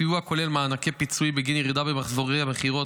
הסיוע כולל מענקי פיצוי בגין ירידה במחזורי המכירות,